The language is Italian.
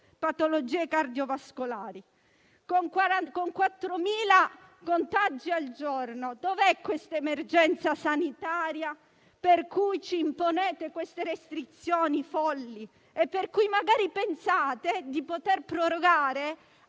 patologie cardiovascolari? Con 4.000 contagi al giorno dov'è l'emergenza sanitaria per cui ci imponete restrizioni folli e per cui magari pensate di poter prorogare